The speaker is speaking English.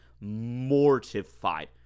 mortified